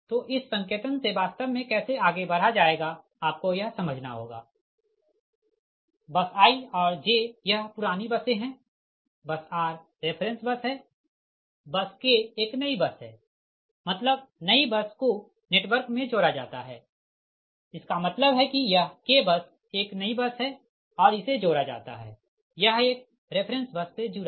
तो इस संकेतन से वास्तव मे कैसे आगे बढ़ाया जाएगा आपको यह समझना होगा बस i और j यह पुरानी बसें है बस r रेफ़रेंस बस है बस k यह एक नई बस है मतलब नई बस को नेटवर्क मे जोड़ा जाता है इसका मतलब है कि यह k बस एक नई बस है और इसे जोड़ा जाता है यह एक रेफ़रेंस बस से जुड़ा है